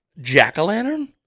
jack-o'-lantern